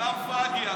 כלאם פאדי.